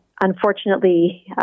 unfortunately